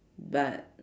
but